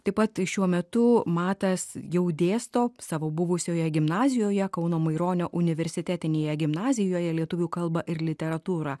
taip pat šiuo metu matas jau dėsto savo buvusioje gimnazijoje kauno maironio universitetinėje gimnazijoje lietuvių kalbą ir literatūrą